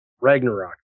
Ragnarok